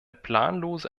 planlose